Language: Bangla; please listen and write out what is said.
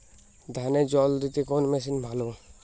ধানে জল দিতে কোন মেশিন ভালো?